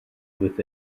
with